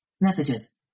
Messages